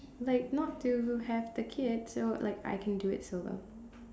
like not to have the kid so like I can do it solo